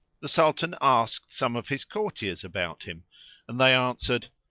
the sultan asked some of his courtiers about him and they answered,